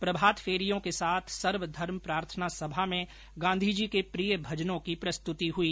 प्रभात फेरियों के साथ सर्वधर्म प्रार्थना सभा में गांधी जी के प्रिय भजनों की प्रस्तुति हुई